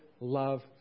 love